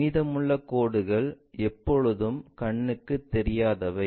மீதமுள்ள கோடுகள் எப்போதும் கண்ணுக்கு தெரியாதவை